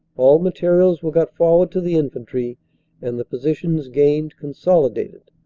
all materials were got forward to the infantry and the positions gained consolidated.